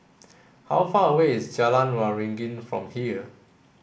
how far away is Jalan Waringin from here